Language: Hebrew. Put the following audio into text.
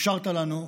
אפשרת לנו,